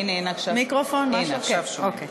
עכשיו שומעים.